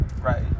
Right